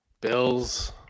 bills